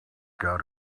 got